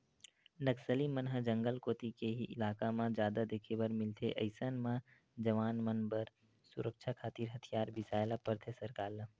नक्सली मन ह जंगल कोती के ही इलाका म जादा देखे बर मिलथे अइसन म जवान मन बर सुरक्छा खातिर हथियार बिसाय ल परथे सरकार ल